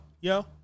Yo